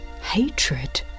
hatred